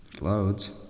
loads